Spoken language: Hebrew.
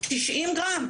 90 גרם,